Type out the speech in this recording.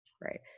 right